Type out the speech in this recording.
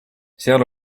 seal